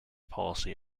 policy